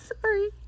Sorry